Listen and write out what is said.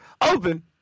open